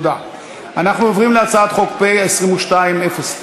אין התנגדות.